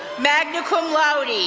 magna cum laude,